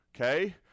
okay